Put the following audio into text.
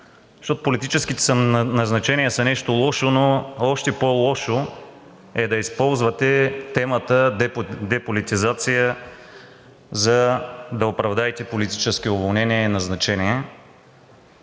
Защото политическите назначения са нещо лошо, но още по-лошо е да използвате темата „Деполитизация“, за да оправдаете политически уволнения и назначения